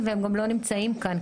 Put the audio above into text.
אני לא מצליחה לבין.